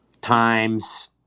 times